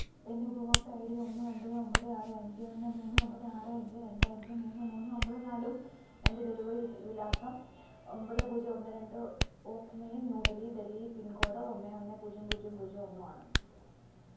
എൻ്റെ ഉപഭോ ക്തൃ ഐഡി ഒന്ന് ഒമ്പത് ഒമ്പത് ആറ് അഞ്ച് ഒന്ന് മൂന്ന് ഒമ്പത് ആറ് അഞ്ച് രണ്ട് അഞ്ച് മൂന്ന് മൂന്ന് ഒമ്പത് നാലും എൻ്റെ ഡെലിവറി വിലാസം ഒമ്പത് പൂജ്യം ഒന്ന് രണ്ട് ഓക്ക്ലെയ്ൻ ന്യൂഡൽഹി ഡൽഹി പിൻ കോഡ് ഒന്ന് ഒന്ന് പൂജ്യം പൂജ്യം പൂജ്യം ഒന്ന് ആണ്